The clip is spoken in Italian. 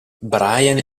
brian